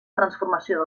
transformació